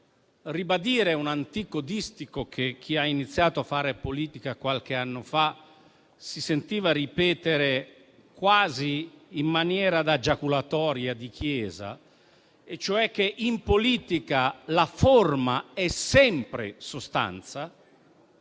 ribadire un antico distico che chi ha iniziato a fare politica qualche anno fa si sentiva ripetere quasi in maniera da giaculatoria di chiesa, e cioè che in politica la forma è sempre sostanza.